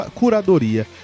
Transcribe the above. curadoria